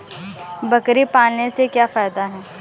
बकरी पालने से क्या फायदा है?